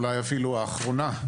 אולי אפילו האחרונה.